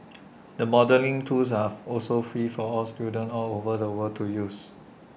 the modelling tools are also free for students all over the world to use